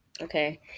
Okay